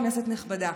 כנסת נכבדה,